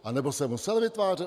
Anebo se musel vytvářet?